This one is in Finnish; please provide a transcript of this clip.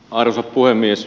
arvoisa puhemies